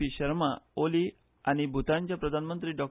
पी शर्मा ओली आनी भुतानाचे प्रधानमंत्री डॉ